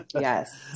yes